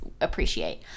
appreciate